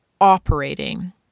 operating